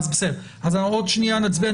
עוד שנייה נצביע,